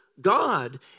God